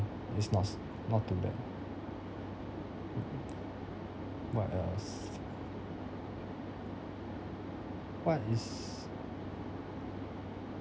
it's not s~ not too bad what else what is